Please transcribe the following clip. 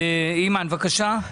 אימאן, בבקשה.